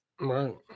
Right